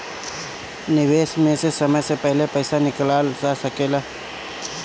निवेश में से समय से पहले पईसा निकालल जा सेकला?